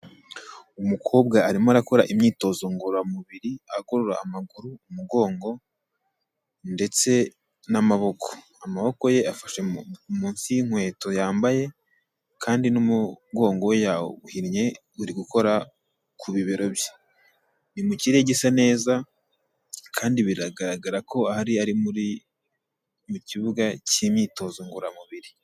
Umukobwa arimo arakora imyitozo ngororamubiri agorora amaguru, umugongo ndetse n'amaboko. Amaboko ye afashe munsi y'inkweto yambaye kandi n'umugongo yawuhinnye uri gukora ku bibero bye. Ni mu kirere gisa neza kandi biragaragara ko aha ari ari muri mu kibuga cy'imyitozo ngororamubiri.